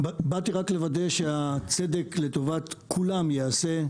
באתי רק לוודא שהצדק לטובת כולם ייעשה.